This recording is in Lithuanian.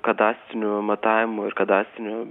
kadastrinių matavimų ir kadastrinių